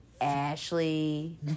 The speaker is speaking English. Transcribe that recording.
Ashley